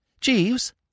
Jeeves